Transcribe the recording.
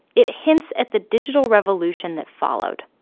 it hints at the digital revolution that followed.